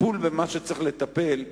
טיפול במה שצריך לטפל,